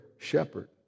shepherd